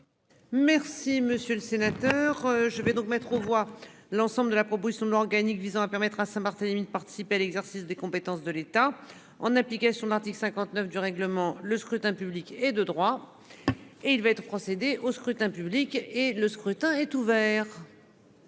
Merci monsieur le sénateur, je vais donc mettre aux voix l'ensemble de la proposition de loi organique visant à permettre à Saint-Barthélemy, de participer à l'exercice des compétences de l'État en application de l'article 59 du règlement le scrutin public et de droit. Et il va être procédé au scrutin public et le scrutin est ouvert.